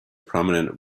prominent